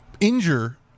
injure